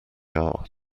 are